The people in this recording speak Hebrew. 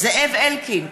זאב אלקין,